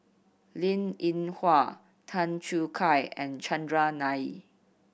Linn In Hua Tan Choo Kai and Chandran Nair